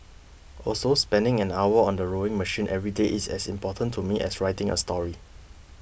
also spending an hour on the rowing machine every day is as important to me as writing a story